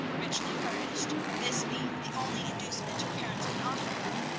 richly furnished, this being the only inducement her parents could offer her,